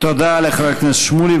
תודה לחבר הכנסת שמולי.